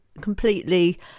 completely